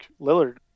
Lillard